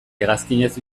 hegazkinez